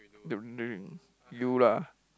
during you lah